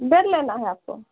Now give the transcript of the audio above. bed लेना है आपको